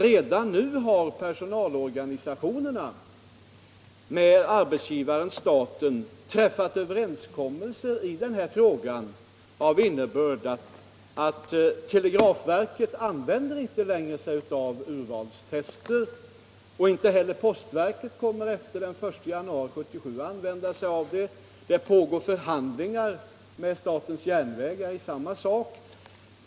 Redan nu har nämligen personalorganisationerna med arbetsgivaren-staten träffat överenskommelser av innebörd, att telegrafverket inte längre använder sig av urvalstester. Inte heller postverket kommer efter den 1 januari 1977 att använda sig av dem. Det pågår förhandlingar med statens järnvägar i samma sak.